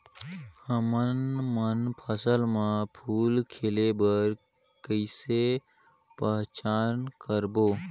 हमन मन फसल म फूल खिले बर किसे पहचान करबो?